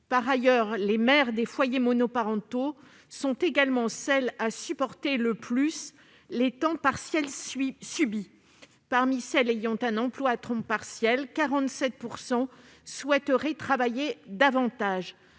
Par ailleurs, les mères des foyers monoparentaux sont également celles qui supportent le plus de temps partiel subi : 47 % de celles qui ont un emploi à temps partiel souhaiteraient travailler davantage.